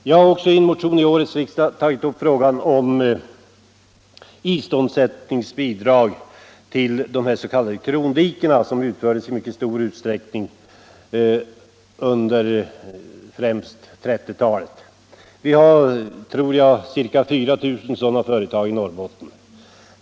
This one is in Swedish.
Jag har också i motion till årets riksdag tagit upp frågan om iståndsättningsbidrag till de s.k. krondiken som i stor utsträckning utfördes under speciellt 1930-talet. Vi har ca 4 000 sådana företag i Norrbotten.